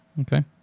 Okay